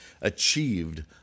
achieved